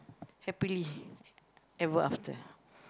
happily ever after